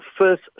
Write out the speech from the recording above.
first